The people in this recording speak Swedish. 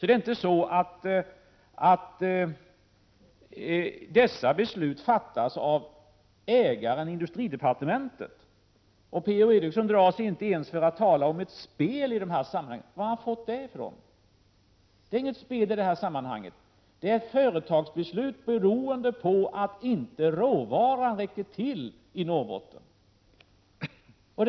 Dessa beslut fattas således inte av ägaren industridepartementet. P-O Eriksson drar sig inte ens för att tala om ett spel i dessa sammanhang. Vad har han fått det ifrån? Det är inte fråga om något spel. Det är fråga om företagsbeslut som har fattats på grund av att råvaran i Norrbotten inte räcker till.